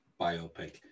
biopic